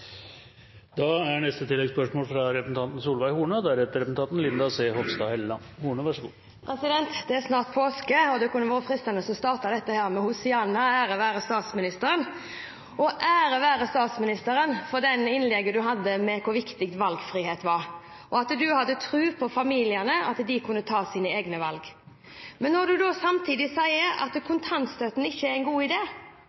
Solveig Horne – til oppfølgingsspørsmål. Det er snart påske, og det kunne være fristende å starte dette med å si hosianna, ære være statsministeren. Ære være statsministeren for innlegget han hadde om hvor viktig valgfrihet er, og at han har tro på at familiene kan ta sine egne valg.